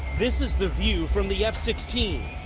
this is the view from the f sixteen.